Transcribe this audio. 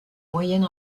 moyenne